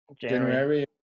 January